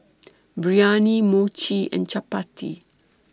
Biryani Mochi and Chapati